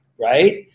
right